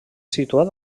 situat